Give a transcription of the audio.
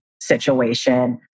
situation